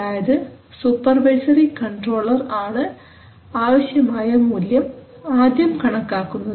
അതായത് supervisory controller ആണ് ആവശ്യമായ മൂല്യം ആദ്യം കണക്കാക്കുന്നത്